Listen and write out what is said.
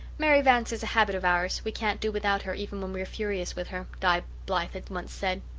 mary vance is a habit of ours we can't do without her even when we are furious with her, her, di blythe had once said.